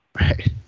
Right